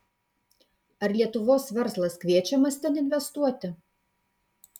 ar lietuvos verslas kviečiamas ten investuoti